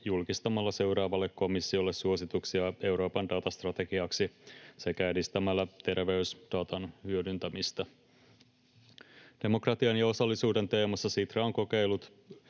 julkistamalla seuraavalle komissiolle suosituksia Euroopan datastrategiaksi sekä edistämällä terveysdatan hyödyntämistä. Demokratian ja osallisuuden teemassa Sitra on kokeilut